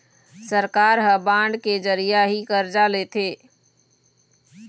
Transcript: सरकार ह बांड के जरिया ही करजा लेथे